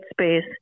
space